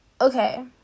Okay